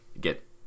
get